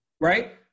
Right